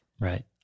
Right